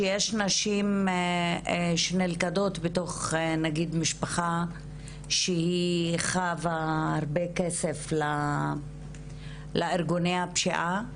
שיש נשים שנלכדות בתוך משפחה שהיא חייבת הרבה כסף לארגוני הפשיעה,